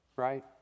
right